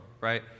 right